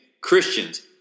Christians